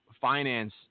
finance